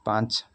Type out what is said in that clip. ପାଞ୍ଚ